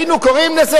היינו קוראים לזה,